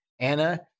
Anna